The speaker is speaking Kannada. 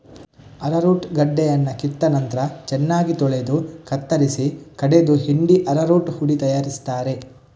ಅರರೂಟ್ ಗಡ್ಡೆಯನ್ನ ಕಿತ್ತ ನಂತ್ರ ಚೆನ್ನಾಗಿ ತೊಳೆದು ಕತ್ತರಿಸಿ ಕಡೆದು ಹಿಂಡಿ ಅರರೂಟ್ ಹುಡಿ ತಯಾರಿಸ್ತಾರೆ